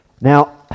Now